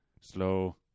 slow